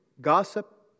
Gossip